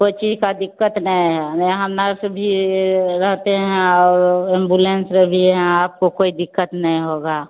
कोइ चि का दिक्कत नए है यहाँ नर्स भी रहती हैं और इमबूलेंस भी है आपको दिक्कत नहीं होगा